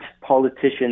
politicians